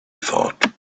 thought